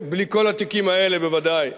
בלי כל התיקים האלה בוודאי.